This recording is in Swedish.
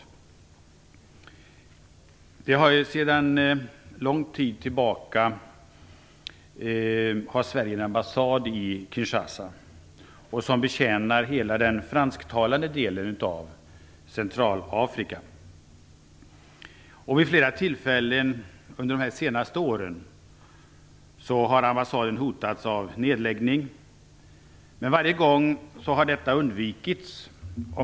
Sverige har ju sedan lång tid tillbaka en ambassad i Kinshasa som betjänar hela den fransktalande delen av Centralafrika. Vid flera tillfällen under de senaste åren har ambassaden hotats av nedläggning. Men varje gång har detta undvikits.